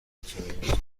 ikimenyetso